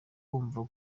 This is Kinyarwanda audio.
kumva